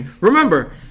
remember